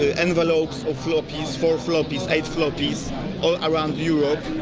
ah envelopes of floppys, four floppys, eight floppys all around europe.